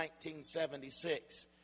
1976